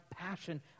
passion